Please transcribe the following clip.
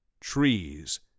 Trees